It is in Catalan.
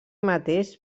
mateix